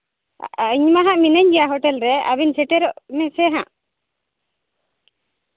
ᱟᱨ ᱤᱧ ᱢᱟ ᱦᱟᱸᱜ ᱢᱤᱱᱟᱹᱧ ᱜᱮᱭᱟ ᱦᱳᱴᱮᱞ ᱨᱮ ᱟᱹᱵᱤᱱ ᱥᱮᱴᱮᱨᱚᱜ ᱵᱤᱱ ᱥᱮ ᱦᱟᱸᱜ